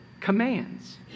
commands